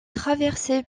traversée